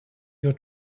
your